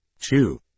two